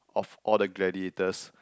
of all the gladiators